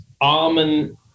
almond